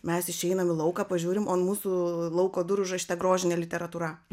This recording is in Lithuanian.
mes išeinam į lauką pažiūrim o ant mūsų lauko durų užrašyta grožinė literatūra